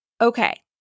Okay